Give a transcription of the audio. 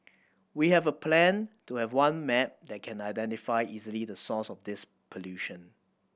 we have a plan to have one map that can identify easily the source of this pollution